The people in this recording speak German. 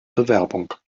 bewerbung